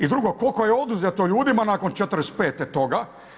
I drugo koliko je oduzeto ljudima nakon '45. toga.